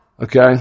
Okay